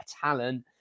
talent